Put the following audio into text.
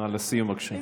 נא לסיים, בבקשה.